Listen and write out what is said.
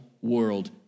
world